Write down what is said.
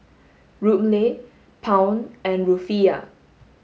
Ruble Pound and Rufiyaa